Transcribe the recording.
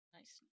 Nice